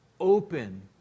open